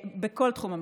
כל תחום המחזור,